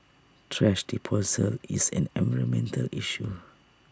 thrash disposal is an environmental issue